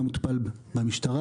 מה מטופל במשטרה.